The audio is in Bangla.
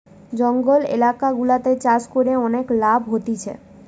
জঙ্গল এলাকা গুলাতে চাষ করে অনেক লাভ হতিছে